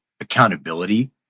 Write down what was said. accountability